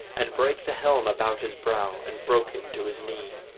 and brake the helm about his brow, and broke him to his knee.